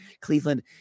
cleveland